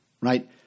right